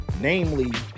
namely